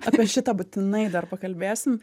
apie šitą būtinai dar pakalbėsim